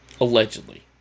Allegedly